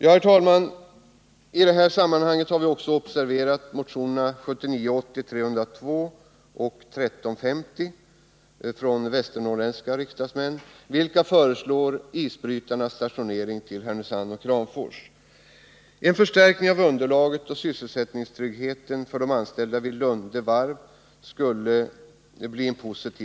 I detta sammanhang har vi också observerat motionerna 302 och 1350 från västernorrländska riksdagsledamöter, vilka föreslår stationering av isbrytarna till Härnösand och Kramfors. Detta skulle innebära en förstärkning av verksamhetsunderlaget och sysselsättningstryggheten för de anställda vid Lunde Varv.